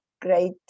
great